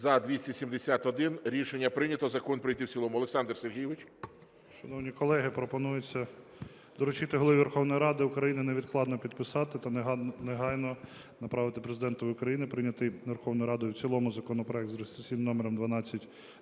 За-271 Рішення прийнято. Закон прийнятий в цілому. Олександр Сергійович.